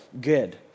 good